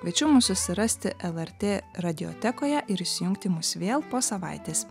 kviečiu mus susirasti lrt radiotekoje ir įsijungti mus vėl po savaitės